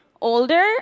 older